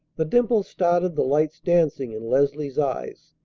the dimple started the lights dancing in leslie's eyes.